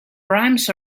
rhymes